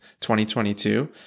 2022